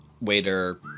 Waiter